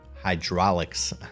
Hydraulics